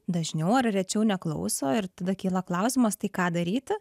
dažniau ar rečiau neklauso ir tada kyla klausimas tai ką daryti